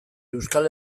euskal